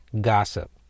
Gossip